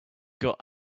got